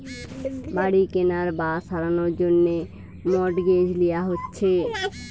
বাড়ি কেনার বা সারানোর জন্যে মর্টগেজ লিয়া হচ্ছে